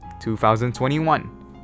2021